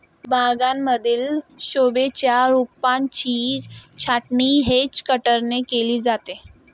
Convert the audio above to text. बागांमधील शोभेच्या रोपांची छाटणी हेज कटरने केली जाते